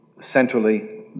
centrally